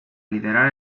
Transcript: liderar